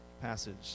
passage